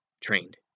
trained